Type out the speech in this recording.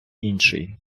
інший